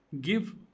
give